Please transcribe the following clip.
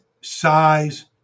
size